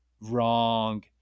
wrong